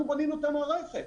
אנחנו בנינו את המערכת?